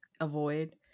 avoid